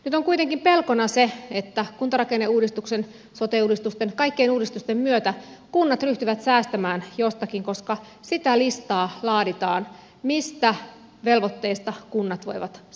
nyt on kuitenkin pelkona se että kuntarakenneuudistuksen sote uudistusten kaikkien uudistusten myötä kunnat ryhtyvät säästämään jostakin koska sitä listaa laaditaan mistä velvoitteista kunnat voivat säästää